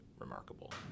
remarkable